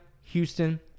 Houston